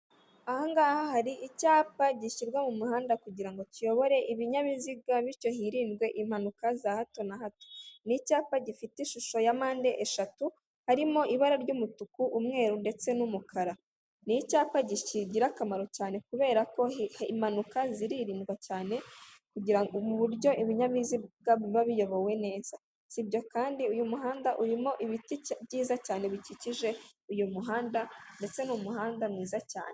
Aha ngaha hari icyapa gishyirwa mu muhanda kugira ngo kiyobore ibinyabiziga bityo hirindwe impanuka za hato na hato, ni icyapa gifite ishusho ya mpande eshatu harimo ibara ry'umutuku umweru, ndetse n'umukara ni icyapa kigira akamaro cyane kubera ko impanuka ziririndwa cyane kugirango mu buryo ibinyabiziga biba biyobowe neza si ibyo kandi, uyu muhanda urimo ibiti byiza cyane bikikije uyu muhanda ndetse n'umuhanda mwiza cyane.